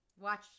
Watch